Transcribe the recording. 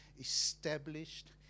established